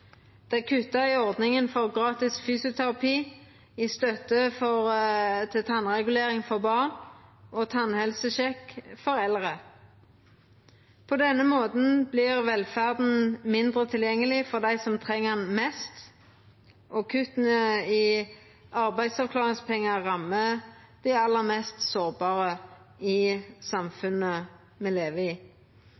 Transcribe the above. Det er kutta i ordninga for gratis fysioterapi, i ordninga for støtte til tannregulering for barn og i ordninga for tannhelsesjekk for eldre. På denne måten vert velferda mindre tilgjengeleg for dei som treng ho mest, og kutta i arbeidsavklaringspengane rammar dei aller mest sårbare i